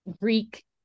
greek